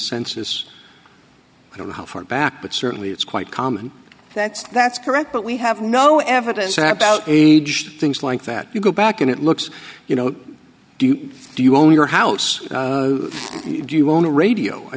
census i don't know how far back but certainly it's quite common that's that's correct but we have no evidence that about age things like that you go back and it looks you know do you do you own your house do you own a radio i